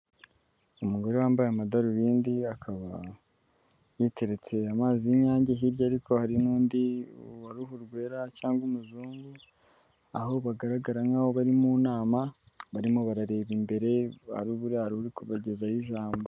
Umugore wambaye amadarubindi akaba yiteretse amazi y'inyange, hirya ariko hari n'undi wa ruhu rwera cyangwa umuzungu, aho bagaragara nk'aho bari mu nama, barimo barareba imbere, hari uri kubagezaho ijambo.